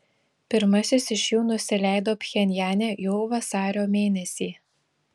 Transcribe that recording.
pirmasis iš jų nusileido pchenjane jau vasario mėnesį